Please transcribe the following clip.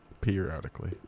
Periodically